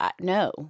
No